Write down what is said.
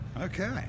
Okay